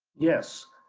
yes,